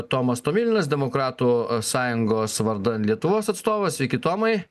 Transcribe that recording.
tomas tomilinas demokratų sąjungos vardan lietuvos atstovas sveiki tomai